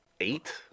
Eight